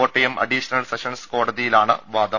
Kottayam additional sessions കോടതിയിലാണ് വാദം